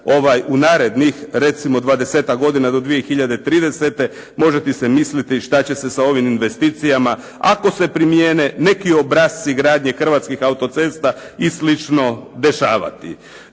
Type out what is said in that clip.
u narednih recimo dvadesetak godina do 2030. možete si misliti šta će se sa ovim investicijama ako se primijene neki obrasci gradnje hrvatskih auto-cesta i slično dešavati.